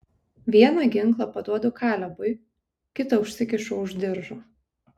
vieną ginklą paduodu kalebui kitą užsikišu už diržo